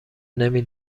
نمی